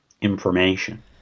information